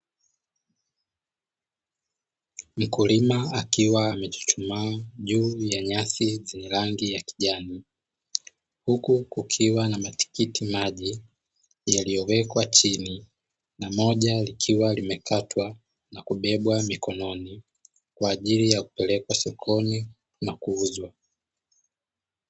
Mkulima akiwa amechuchumaa juu ya nyasi zenye rangi ya kijani, huku kukiwa na matikiti maji yaliyowekwa chini na moja likiwa limekatwa na kubebwa mikononi kwa ajili ya kupelekwa sokoni na kuuzwa.